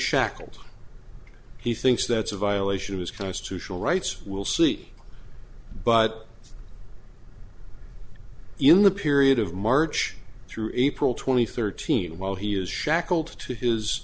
shackled he thinks that's a violation of his constitutional rights will sleep but in the period of march through april twenty third teen while he is